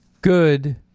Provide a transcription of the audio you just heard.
Good